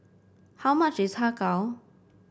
how much is Har Kow